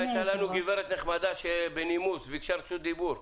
הייתה לנו גברת נחמד שבנימוס ביקשה רשות דיבור.